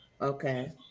Okay